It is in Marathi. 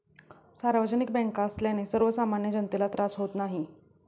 सार्वजनिक बँका असल्याने सर्वसामान्य जनतेला त्रास होत नाही